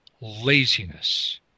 laziness